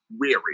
weary